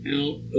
out